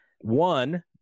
one